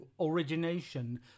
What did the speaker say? Origination